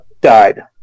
died